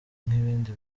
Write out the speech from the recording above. nk’ibindi